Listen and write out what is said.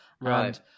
Right